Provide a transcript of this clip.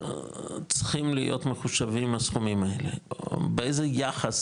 צריכים להיות מחושבים הסכומים האלה, או באיזה יחס